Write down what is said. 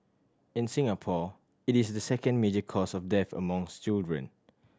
in Singapore it is the second major cause of death among children